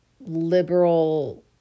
liberal